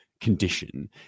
condition